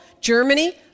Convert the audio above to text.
Germany